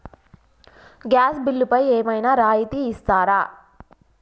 Gas బిల్లుపై ఏమైనా రాయితీ ఇస్తారా?